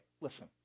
listen